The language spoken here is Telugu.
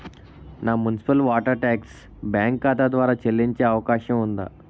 నా మున్సిపల్ వాటర్ ట్యాక్స్ బ్యాంకు ఖాతా ద్వారా చెల్లించే అవకాశం ఉందా?